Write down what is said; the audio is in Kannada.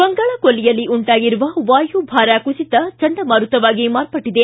ಬಂಗಾಳ ಕೊಲ್ಲಿಯಲ್ಲಿ ಉಂಟಾಗಿರುವ ವಾಯುಭಾರ ಕುಸಿತ ಚಂಡಮಾರುತವಾಗಿ ಮಾರ್ಪಟ್ಟದೆ